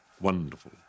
wonderful